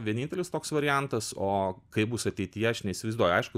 vienintelis toks variantas o kaip bus ateityje aš neįsivaizduoju aišku